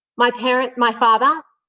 my parent my father,